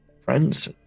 friends